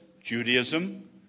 Judaism